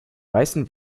weißen